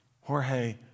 Jorge